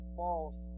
false